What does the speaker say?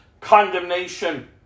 condemnation